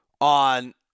on